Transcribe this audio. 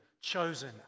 chosen